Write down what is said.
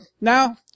now